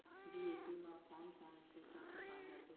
DAP म कोन कोन से तत्व पाए जाथे?